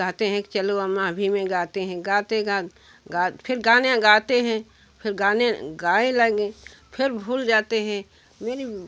कहते हैं कि चलो हम अभी में गाते हैं गाते गाते फिर गाना गाते हैं फिर गाने गाए लगे फिर भूल जाते है